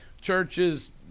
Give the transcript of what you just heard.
churches